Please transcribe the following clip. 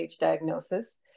diagnosis